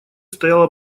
стояла